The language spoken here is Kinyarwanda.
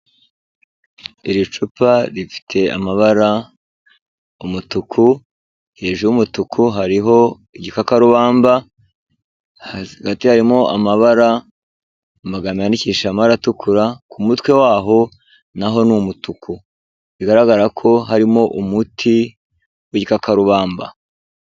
Iri cupa rifite amabara umutuku, hejuru y'umutuku hariho igikakarubamba, hagati harimo amabara, amagambo yandikishije amabara atukura, ku mutwe waho na ho ni umutuku. Bigaragara ko harimo umuti w'igikakarubamba.